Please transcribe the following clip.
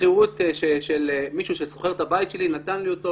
שכירות של מישהו ששוכר את הבית שלי שנתן לי אותו.